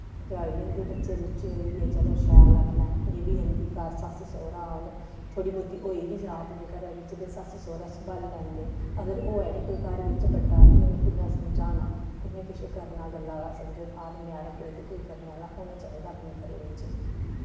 अग्गें होई जंदे बच्चे बुच्चे होई गै चलो शैल अपनै निवी जंदी अपने घर सस्स सौह्रा होन थोह्ड़ी बौह्ती होई बी जाऽ अपने घरे बिच्च ते सस्स सौह्रा संभाली लैंदे अगर होऐ निं घर बिच्च कोई बड्डा ते कुन्नै समझाना कुन्नै किश करना गल्ला दा समझन आरा नयारा कोई ते कोई होना चाहिदा अपने घरे बिच्च